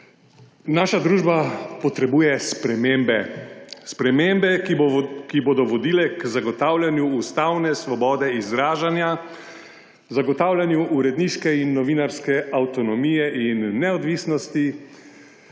Naša družba potrebuje spremembe. Spremembe, ki bodo vodile k zagotavljanju ustavne svobode izražanja, zagotavljanju uredniške in novinarske avtonomije in neodvisnosti,